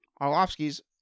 Arlovsky's